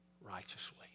righteously